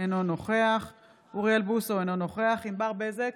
אינו נוכח אוריאל בוסו, אינו נוכח ענבר בזק,